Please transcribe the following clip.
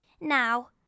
Now